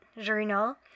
journal